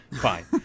fine